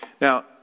Now